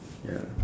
ya